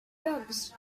drugs